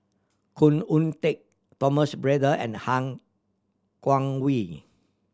Khoo Oon Teik Thomas Braddell and Han Guangwei